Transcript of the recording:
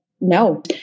no